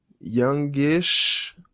youngish